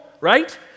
right